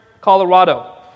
Colorado